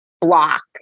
block